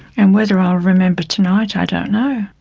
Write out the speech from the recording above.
and whether i'll remember tonight, i don't know.